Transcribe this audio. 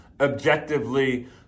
objectively